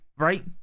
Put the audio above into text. right